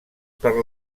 per